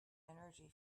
energy